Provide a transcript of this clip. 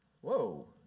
Whoa